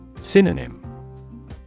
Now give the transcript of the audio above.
Synonym